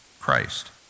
Christ